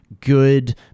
good